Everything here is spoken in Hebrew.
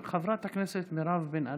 חוב' ז',